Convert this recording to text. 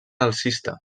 alcista